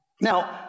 Now